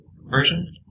version